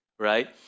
right